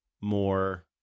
more